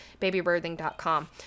babybirthing.com